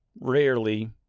rarely